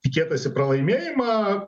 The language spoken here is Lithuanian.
tikėtasi pralaimėjimą